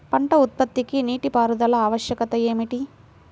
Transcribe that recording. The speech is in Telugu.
పంట ఉత్పత్తికి నీటిపారుదల ఆవశ్యకత ఏమిటీ?